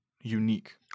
unique